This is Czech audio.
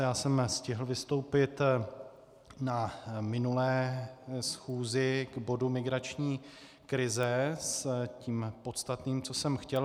Já jsem stihl vystoupit na minulé schůzi k bodu migrační krize s tím podstatným, co jsem chtěl.